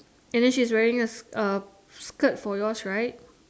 and then she's wearing a uh skirt for yours right